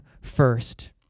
first